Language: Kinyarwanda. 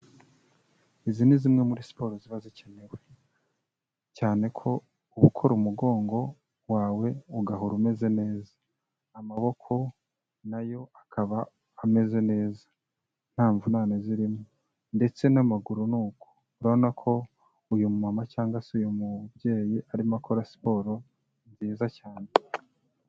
Izi ni zimwe muri siporo ziba zikenewe, cyane ko gukora umugongo wawe ugahora umeze neza, amaboko na yo akaba ameze neza nta mvunane zirimo, ndetse n'amaguru ni uko, urabona ko uyu mumama cyangwa se uyu mubyeyi arimo akora siporo nziza cyane.